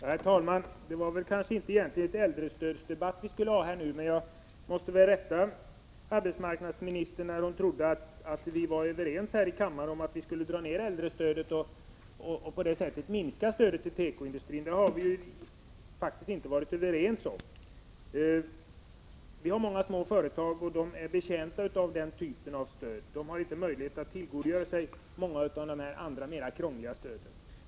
Herr talman! Egentligen är det väl inte en debatt om äldrestödet som vi skall ha i dag. Jag måste dock göra ett tillrättaläggande. Arbetsmarknadsministern trodde nämligen att vi var överens här i kammaren om en minskning av äldrestödet för att på det sättet minska stödet till tekoindustrin. Det har vi faktiskt inte varit överens om. Det finns ju många små företag, och de är betjänta av den här typen av stöd. De har inte möjlighet att dra nytta av de många andra, mera krångliga stöd som finns.